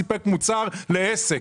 סיפק מוצר לעסק.